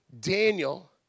Daniel